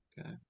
Okay